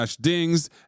Dings